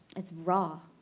its raw.